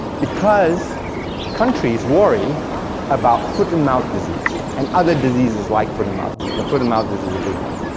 because countries worry about foot and mouth disease, and other diseases like foot and mouth disease, but foot and mouth disease is a big one.